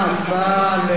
להצבעה,